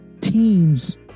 teams